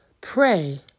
pray